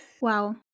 Wow